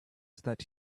that